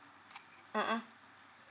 mmhmm